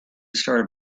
started